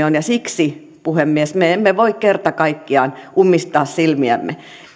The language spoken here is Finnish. on ja siksi puhemies me emme voi kerta kaikkiaan ummistaa silmiämme